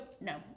no